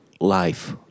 life